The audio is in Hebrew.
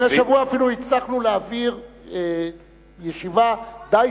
לפני שבוע אפילו הצלחנו להעביר ישיבה די